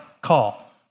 call